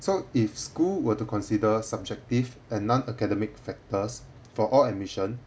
so if school were to consider subjective and non academic factors for all admission